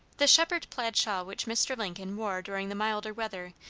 the shepherd plaid shawl which mr. lincoln wore during the milder weather,